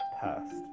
passed